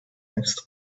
next